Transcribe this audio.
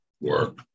work